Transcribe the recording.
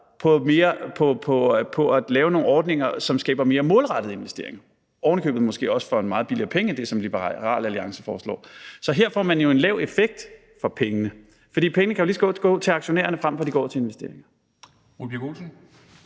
på at lave nogle ordninger, som skaber mere målrettede investeringer, måske ovenikøbet også for en meget billigere penge end det, som Liberal Alliance foreslår. Så her får man jo en lav effekt af pengene, fordi pengene lige så godt kan gå til aktionærerne, frem for at de går til investeringer.